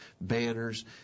banners